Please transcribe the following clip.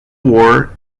war